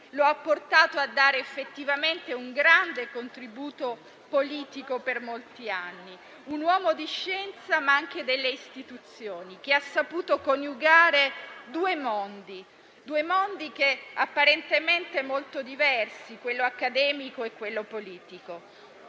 lo ha portato a dare effettivamente un grande contributo politico per molti anni. Uomo di scienza, ma anche delle istituzioni, ha saputo coniugare due mondi apparentemente molto diversi: quello accademico e quello politico.